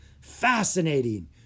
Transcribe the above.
fascinating